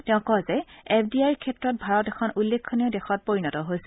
তেওঁ কয় যে এফ ডি আইৰ ক্ষেত্ৰত ভাৰত এখন উল্লেখনীয় দেশত পৰিণত হৈছে